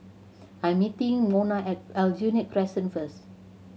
I'm meeting Mona at Aljunied Crescent first